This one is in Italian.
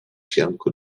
fianco